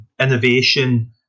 innovation